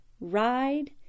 ride